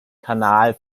kanal